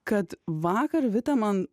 kad vakar vita man